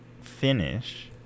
finish